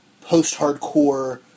post-hardcore